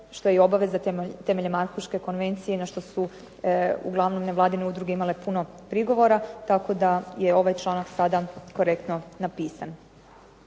se ne razumije./… konvencije, i na što su uglavnom nevladine udruge imale puno prigovora. Tako da je ovaj članak sada korektno napisan.